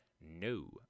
no